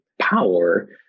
power